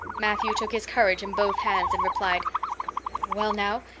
matthew took his courage in both hands and replied well now,